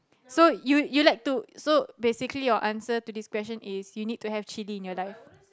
so you you like to so basically your answer to this question is you need to have chilli in your life